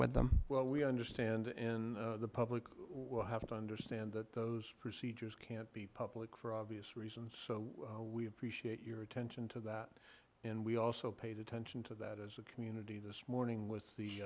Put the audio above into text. with them well we understand in the public will have to understand that those procedures can't be public for obvious reasons so we appreciate your attention to that and we also paid attention to that as a community this morning with the